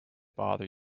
bother